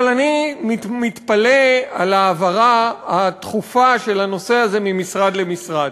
אבל אני מתפלא על ההעברה הדחופה של הנושא הזה ממשרד למשרד.